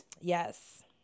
Yes